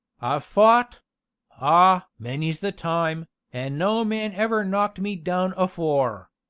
i've fou't ah! many s the time, an' no man ever knocked me down afore.